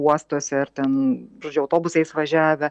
uostuose ir ten žodžiu autobusais važiavę